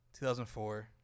2004